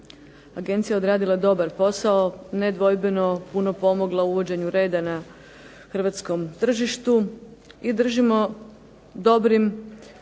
agencija odradila dobar posao, nedvojbeno puno pomogla u uvođenju reda na hrvatskom tržištu. I držimo dobrim